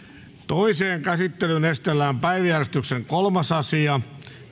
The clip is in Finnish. toiseen käsittelyyn esitellään päiväjärjestyksen kolmas asia